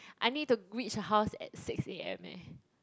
I need to reach her house at six a_m eh